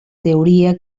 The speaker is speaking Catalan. teoria